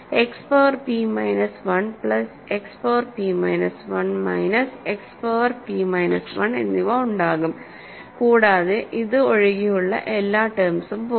X power p minus 1 plus x power p minus 1 minus x power p minus 1 എന്നിവ ഉണ്ടാകും കൂടാതെ ഇത് ഒഴികെയുള്ള എല്ലാ ടെംസും പോകും